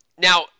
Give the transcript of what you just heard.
Now